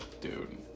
Dude